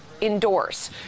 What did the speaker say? indoors